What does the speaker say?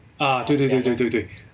ah 对对对对对